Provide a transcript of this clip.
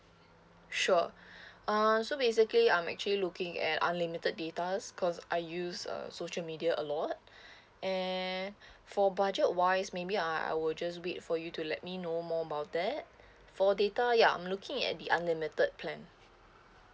sure uh so basically I'm actually looking at unlimited datas because I use uh social media a lot and for budget wise maybe I I will just wait for you to let me know more about that for data ya I'm looking at the unlimited plan